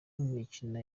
mikino